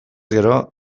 gero